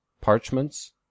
parchments